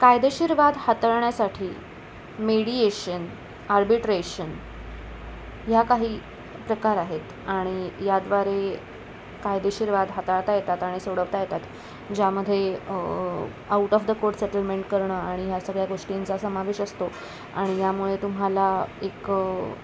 कायदेशीर वाद हाताळण्यासाठी मीडिएशन आर्बिट्रेशन ह्या काही प्रकार आहेत आणि याद्वारे कायदेशीर वाद हाताळता येतात आणि सोडवता येतात ज्यामध्ये out of the court settlement करणं आणि ह्या सगळ्या गोष्टींचा समावेश असतो आणि यामुळे तुम्हाला एक